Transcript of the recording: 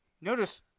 Notice